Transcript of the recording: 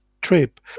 trip